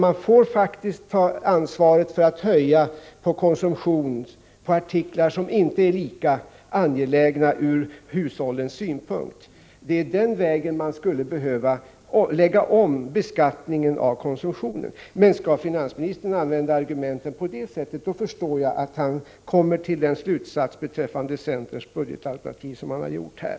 Man får faktiskt ta ansvaret för att höja momsen på sådana artiklar som inte är så angelägna ur hushållens synpunkt. Det är på det sättet man skulle behöva lägga om beskattningen av konsumtionen. Men om finansministern använder argumenten på det sätt som han gör, förstår jag att han kommer till den slutsats om centerns budgetalternativ som han har gjort här.